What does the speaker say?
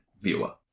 viewer